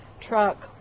truck